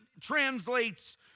translates